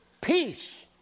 peace